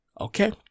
Okay